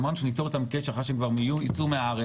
ואמרנו להם שאנחנו ניצור איתם קשר אחרי שהם כבר יצאו מהארץ,